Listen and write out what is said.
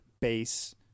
bass